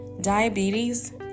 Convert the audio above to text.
diabetes